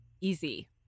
easy